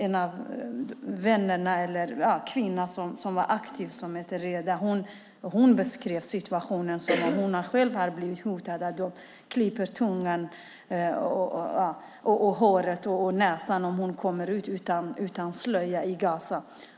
En av de aktiva kvinnorna, Reda, beskrev situationen. Hon har själv blivit hotad: De ska klippa av tungan, håret och näsan om hon kommer ut utan slöja i Gaza.